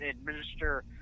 administer